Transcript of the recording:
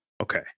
Okay